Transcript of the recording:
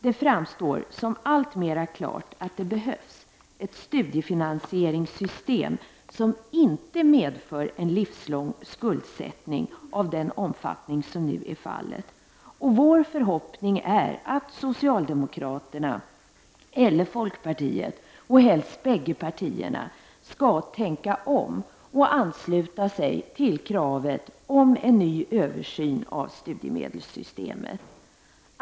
Det framstår som alltmera klart att det behövs ett studiefinansieringssystem som inte medför en livslång skuldsättning av den omfattning som nu är fallet. Vår förhoppning är att socialdemokraterna eller folkpartiet, och helst bägge partierna, skall tänka om och ansluta sig till kravet om en ny översyn av studiemedelssystemet.